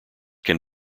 can